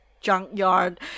junkyard